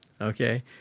okay